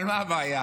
אבל מה הבעיה?